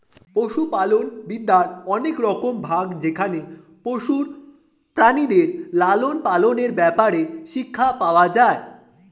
পশুপালন বিদ্যার অনেক রকম ভাগ যেখানে পশু প্রাণীদের লালন পালনের ব্যাপারে শিক্ষা পাওয়া যায়